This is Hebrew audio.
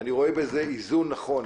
אני רואה בזה איזון נכון